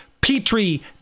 petri